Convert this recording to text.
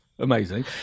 Amazing